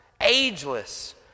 ageless